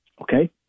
Okay